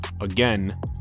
again